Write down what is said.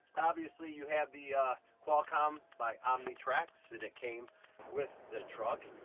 obviously you have the qualcomm by omnitracs and it came with the trucks.